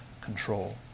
control